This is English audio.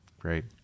Great